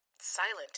silent